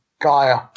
Gaia